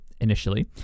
initially